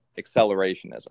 accelerationism